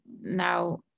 now